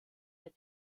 der